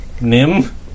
Nim